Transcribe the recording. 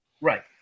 Right